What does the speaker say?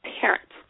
parents